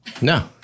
No